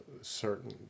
certain